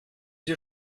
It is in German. sie